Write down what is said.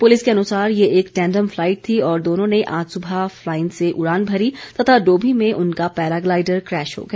police के अनुसार ये एक टैंडम फ्लाइट थी और दोनों ने आज सुबह फ्लाइन से उड़ान भरी तथा डोमी में उनका पैराग्लाइडर क्रैश हो गया